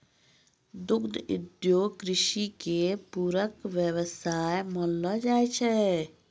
दुग्ध उद्योग कृषि के पूरक व्यवसाय मानलो जाय छै